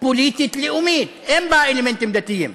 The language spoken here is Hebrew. פוליטית לאומית, אין בה אלמנטים דתיים.